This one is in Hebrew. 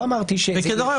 דרך אגב,